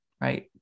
right